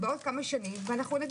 הטיפול הכי נכון למטופלים זה להיות